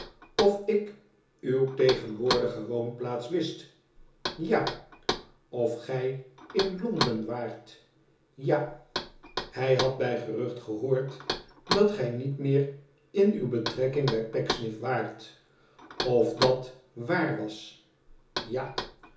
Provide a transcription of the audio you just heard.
of ik uw tegenwoordige woonplaats wist ja of gij in londen waart ja hij had bij geruchte gehoord dat gij niet meer in uw betrekking bij pecksniff waart of dat waar was ja